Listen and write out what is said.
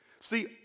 See